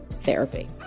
therapy